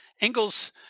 Engels